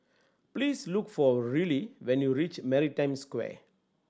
please look for Rillie when you reach Maritime Square